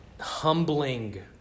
humbling